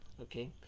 okay